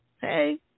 hey